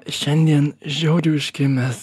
šiandien žiauriai užkimęs